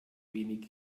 wenig